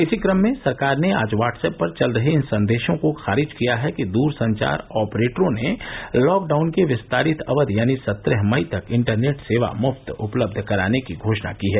इसी क्रम में सरकार ने आज व्हाट्सएप पर चल रहे इन संदेशों को खारिज किया है कि दूरसंचार ऑपरेटरों ने लॉकडाउन की विस्तारित अवधि यानी सत्रह मई तक इंटरनेट सेवा मुफ्त उपलब्ध कराने की घोषणा की है